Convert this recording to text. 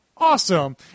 awesome